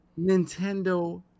Nintendo